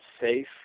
safe